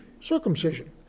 circumcision